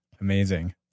Amazing